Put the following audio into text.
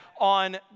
on